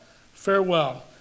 farewell